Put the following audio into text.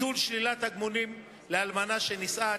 (ביטול שלילת תגמולים לאלמנה שנישאה),